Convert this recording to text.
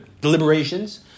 deliberations